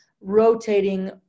rotating